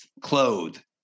clothed